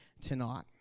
tonight